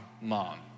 mom